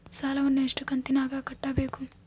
ಸಾಲವನ್ನ ಎಷ್ಟು ಕಂತಿನಾಗ ಕಟ್ಟಬೇಕು?